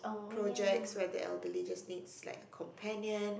projects where the elderly just needs like companions